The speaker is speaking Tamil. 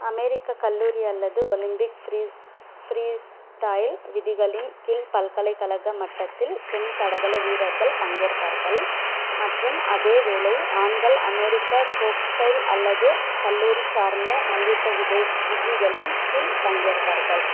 அமெரிக்க கல்லூரி அல்லது ஒலிம்பிக் ஃப்ரீஸ்டைல் விதிகளின் கீழ் பல்கலைக்கழக மட்டத்தில் பெண் தடகள வீரர்கள் பங்கேற்பார்கள் மற்றும் அதேவேளை ஆண்கள் அமெரிக்க ஃபோக்ஸ்டைல் அல்லது கல்லூரி சார்ந்த மல்யுத்த விதிகளின் கீழ் பங்கேற்பார்கள்